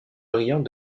brillant